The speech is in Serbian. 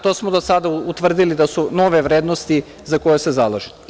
To smo do sada utvrdili da su nove vrednosti za koje se zalažete.